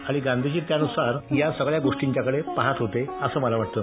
आणि गांधीजी त्यानुसार या सगळ्या गोष्टींच्याकडे पाहत होते असं मला वाटतं